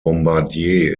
bombardier